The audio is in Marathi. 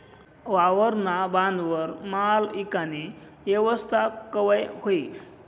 वावरना बांधवर माल ईकानी येवस्था कवय व्हयी?